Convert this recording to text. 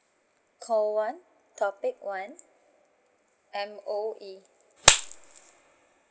call one topic one M_O_E